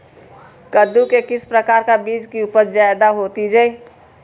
कददु के किस प्रकार का बीज की उपज जायदा होती जय?